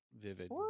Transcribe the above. vivid